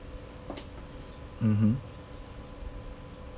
mmhmm